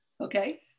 Okay